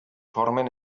formen